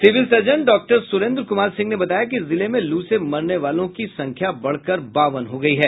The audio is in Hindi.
civil surgeon doctor Surendra Kumar Singh ने बताया कि जिले में लू से मरने वालों की संख्या बढ़कर बावन हो गयी है